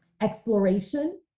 exploration